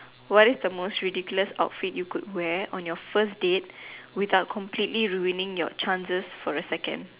what is the most ridiculous outfit you could wear on your first date without completely ruining your chances for the second